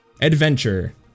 adventure